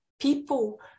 People